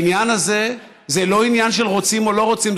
בעניין הזה זה לא עניין של רוצים או לא רוצים,